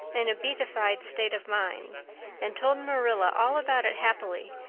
in a beatified state of mind and told marilla all about it happily,